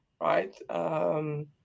right